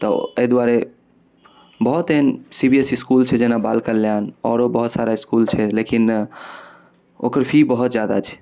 तऽ एहि दुआरे बहुत एहन C B S C school छै जेना बाल कल्याण आओरो बहुत सारा इसकुल छै लेकिन ओकर फी बहुत जादा छै